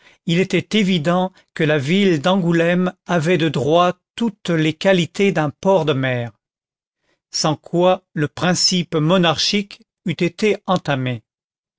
il était évident que la ville d'angoulême avait de droit toutes les qualités d'un port de mer sans quoi le principe monarchique eût été entamé